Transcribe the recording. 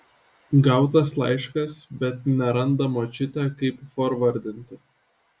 gautas laiškas bet neranda močiutė kaip forvardinti